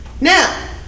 Now